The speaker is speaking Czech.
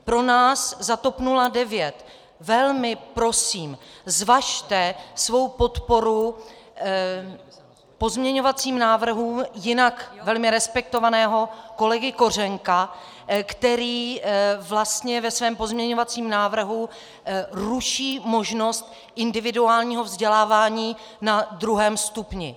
Pro nás za TOP 09 velmi prosím, zvažte svou podporu pozměňovacím návrhům jinak velmi respektovaného kolegy Kořenka, který vlastně ve svém pozměňovacím návrhu ruší možnost individuálního vzdělávání na druhém stupni.